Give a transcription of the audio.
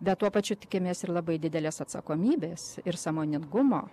bet tuo pačiu tikimės ir labai didelės atsakomybės ir sąmoningumo